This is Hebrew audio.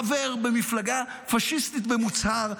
חבר במפלגה פשיסטית במוצהר,